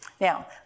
Now